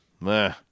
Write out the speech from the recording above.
meh